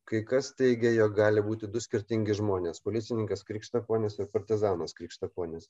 kai kas teigė jog gali būti du skirtingi žmonės policininkas krikštaponis ir partizanas krikštaponis